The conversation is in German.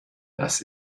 das